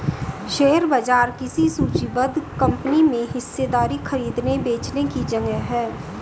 share बाजार किसी सूचीबद्ध कंपनी में हिस्सेदारी खरीदने बेचने की जगह है